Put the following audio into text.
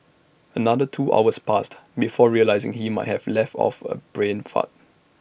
another two hours passed before realising he might have let off A brain fart